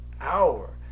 hour